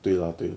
对 lah 对 lah